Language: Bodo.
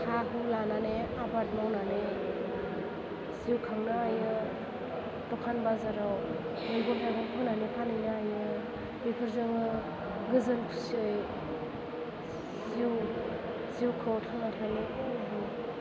हा हु लानानै आबाद मावनानै जिउ खांनो हायो द'खान बाजाराव मैगं थायगं फोनानै फानहैनो हायो बेफोरजोंनो गोजोन खुसियै जिउ जिउखौ थांना थानो हायो